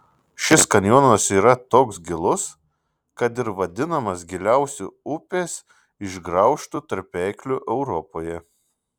šis kanjonas yra toks gilus kad yra vadinamas giliausiu upės išgraužtu tarpekliu europoje